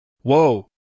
Whoa